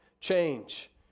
change